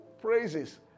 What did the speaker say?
praises